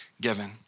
given